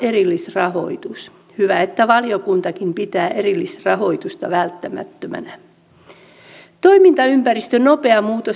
poliittisen vastuun välttelyn raukkamaisuuden huippu laittaa vm virkamiesten piikkiin oma vääristely